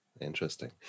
Interesting